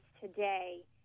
today